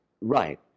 Right